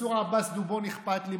מנסור עבאס דובון אכפת לי,